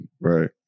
Right